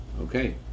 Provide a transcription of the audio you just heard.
Okay